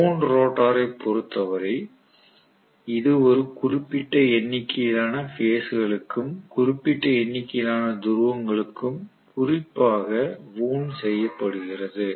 wound ரோட்டாரை பொறுத்தவரை இது ஒரு குறிப்பிட்ட எண்ணிக்கையிலான பேஸ் களுக்கும் குறிப்பிட்ட எண்ணிக்கையிலான துருவங்களுக்கும் குறிப்பாக வூண்ட் செய்யப்படுகிறது